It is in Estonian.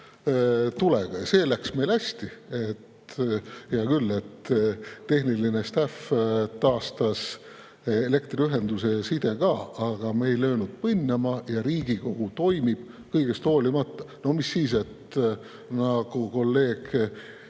tulega. See läks meil hästi. Hea küll, tehnilinestafftaastas elektriühenduse ja side ka, aga me ei löönud põnnama ja Riigikogu toimib kõigest hoolimata. No mis siis, nagu kolleeg